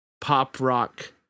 pop-rock